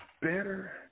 Better